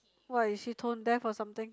why is he tone deaf or something